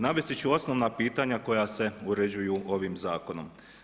Navesti ću osnovna pitanja koja se uređuju ovim zakonom.